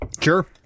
sure